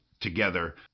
together